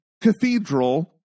cathedral